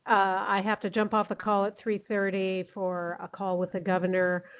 i have to jump off the call at three thirty for a call with the governor,